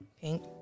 pink